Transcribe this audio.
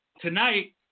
tonight